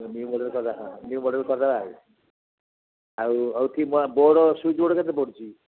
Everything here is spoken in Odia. ନ୍ୟୁ ମଡେଲ୍ କରିଦେବା ହଁ ନ୍ୟୁ ମଡେଲ୍ କରିଦେବା ଆଉ ଆଉ ଆଉ କି ବୋର୍ଡ୍ ସୁଇଚ୍ ବୋର୍ଡ୍ କେତେ ପଡ଼ୁଛି